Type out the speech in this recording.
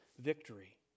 victory